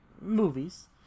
Movies